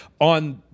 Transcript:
on